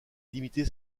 limiter